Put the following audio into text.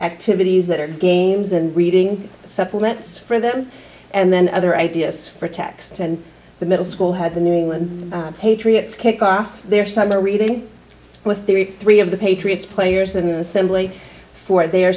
activities that are games and reading supplements for them and then other ideas for texts and the middle school had the new england patriots kick off their summer reading with three three of the patriots players in the assembly for there